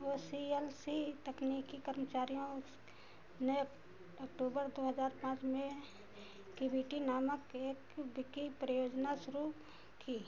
ओ C L C तकनीकी कर्मचारियों ने अक्टूबर दो हज़ार पाँच में किविटी नामक एक विकी परियोजना शुरू की